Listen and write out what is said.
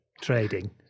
trading